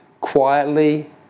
quietly